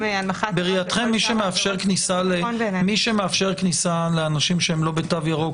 הנמכת ---- בראייתכם מי שמאפשר כניסה לאנשים שהם לא בתו ירוק,